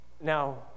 Now